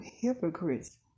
hypocrites